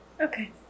Okay